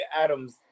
Adams